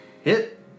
Hit